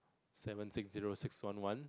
seven six zero six one one